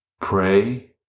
pray